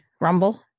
Rumble